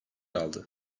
aldı